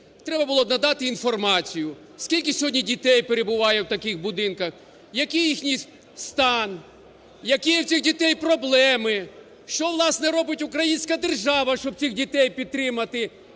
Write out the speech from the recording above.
треба було надати інформацію, скільки сьогодні дітей перебуває в таких будинках, який їхній стан, які є в цих дітей проблеми? Що, власне, робить українська держава, щоб цих дітей підтримати?